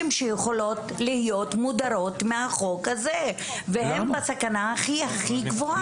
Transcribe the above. שיכולות להיות מודרות מהחוק הזה והן בסכנה הכי גבוהה.